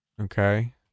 Okay